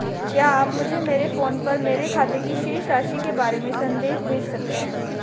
क्या आप मुझे मेरे फ़ोन पर मेरे खाते की शेष राशि के बारे में संदेश भेज सकते हैं?